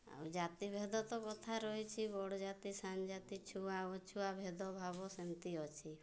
ଆଉ ଜାତି ଭେଦ ତ କଥା ରହିଛି ବଡ଼ ଜାତି ସାନ୍ ଜାତି ଛୁଆଁ ଅଛୁଆଁ ଭେଦଭାବ ସେମିତି ଅଛି